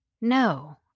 No